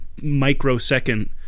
microsecond